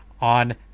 on